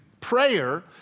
Prayer